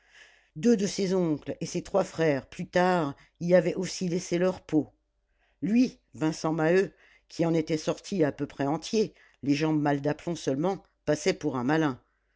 deux de ses oncles et ses trois frères plus tard y avaient aussi laissé leur peau lui vincent maheu qui en était sorti à peu près entier les jambes mal d'aplomb seulement passait pour un malin